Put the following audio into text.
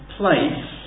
place